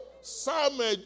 Samuel